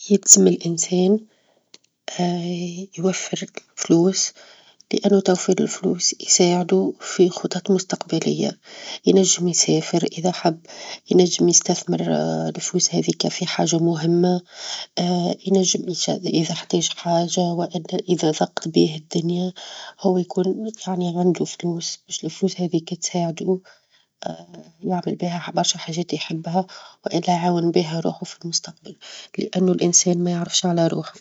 يلزم الإنسان يوفر فلوس لإنه توفير الفلوس يساعده في خطط مستقبلية، ينجم يسافر إذا حب، ينجم يستثمر الفلوس هذيك في حاجة مهمة ينجم إذا احتاج حاجة، والا إذا ظاقت به الدنيا هو يكون يعني عنده فلوس، باش الفلوس هذيك تساعده يعمل بيها -حاج- برشا حاجات يحبها، والا يعاون بيها روحه في المستقبل لأنه الإنسان ما يعرفش على روحه.